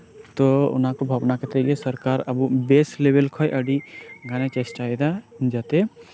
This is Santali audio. ᱛᱳ ᱚᱱᱟᱠᱚ ᱵᱷᱟᱵᱱᱟ ᱠᱟᱛᱮᱜ ᱜᱮ ᱥᱚᱨᱠᱟᱨ ᱵᱮᱥ ᱞᱮᱵᱮᱞ ᱠᱷᱚᱱ ᱜᱷᱟᱱᱮ ᱪᱮᱥᱴᱟᱭᱮᱫᱟ ᱡᱟᱛᱮ